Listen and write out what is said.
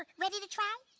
ready to try?